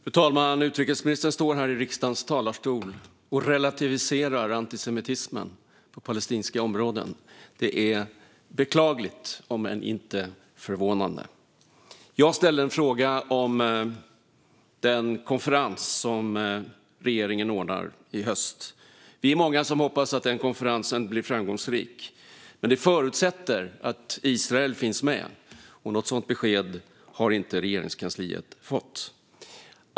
Fru talman! Utrikesministern står här i riksdagens talarstol och relativiserar antisemitismen på palestinska områden. Det är beklagligt om än inte förvånande. Jag ställde en fråga om den konferens som regeringen ordnar i höst. Vi är många som hoppas att den konferensen blir framgångsrik. Men det förutsätter att Israel finns med, och något sådant besked har inte Regeringskansliet fått.